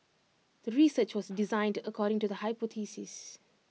the research was designed according to the hypothesis